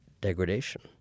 degradation